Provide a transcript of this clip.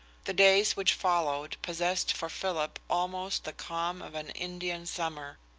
the days which followed possessed for philip almost the calm of an indian summer.